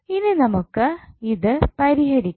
ഇനി നമുക്ക് ഇത് പരിഹരിക്കാം